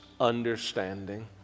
understanding